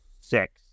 six